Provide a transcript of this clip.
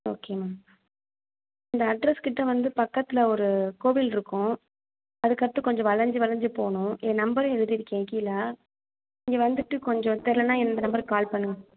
okay ma'am இந்த அட்ரெஸ்கிட்ட வந்து பக்கத்தில் ஒரு கோவில் இருக்கும் அதற்கடுத்து கொஞ்சம் வளைஞ்சி வளைஞ்சி போகணும் ஏன் நம்பரும் எழுதியிருக்கேன் கீழ நீங்கள் வந்துவிட்டு கொஞ்சம் தெரிலன்னா இந்த நம்பருக்கு கால் பண்ணுங்கள்